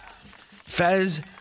Fez